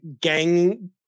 gang